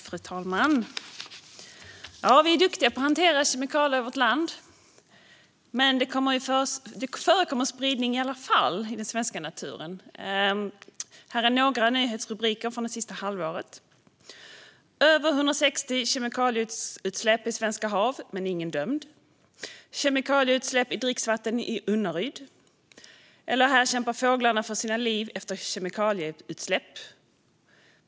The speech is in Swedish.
Fru talman! Vi är duktiga på att hantera kemikalier i vårt land, men det förekommer spridning av farliga kemikalier i den svenska naturen i alla fall. Här är några nyhetsrubriker från det senaste halvåret: "Över 160 kemikalieutsläpp i svenska hav, men ingen dömd." "Kemikalieutsläpp i dricksvatten i Unnaryd." "Här kämpar fåglarna för sina liv efter kemikalieutsläpp."